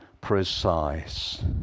precise